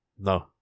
No